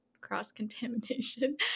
cross-contamination